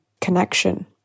connection